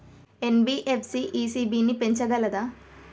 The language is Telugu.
ఎన్.బి.ఎఫ్.సి ఇ.సి.బి ని పెంచగలదా?